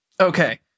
Okay